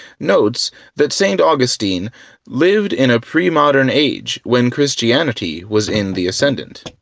notes that st. augustine lived in a premodern age when christianity was in the ascendant.